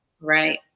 Right